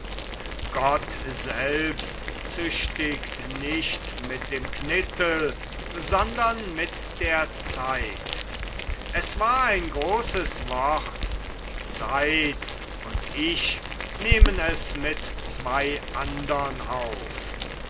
gott selbst züchtigt nicht mit dem knittel sondern mit der zeit es war ein großes wort die zeit und ich nehmen es mit zwei andern auf